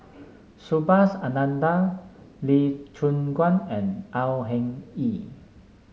Subhas Anandan Lee Choon Guan and Au Hing Yee